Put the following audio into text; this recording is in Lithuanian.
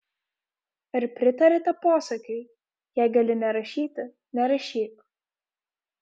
ar pritariate posakiui jei gali nerašyti nerašyk